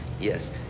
Yes